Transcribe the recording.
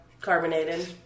carbonated